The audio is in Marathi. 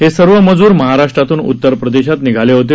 हे सर्व मजूर महाराष्ट्रातून उत्तर प्रदेशात निघाले होते